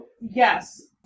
yes